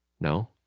No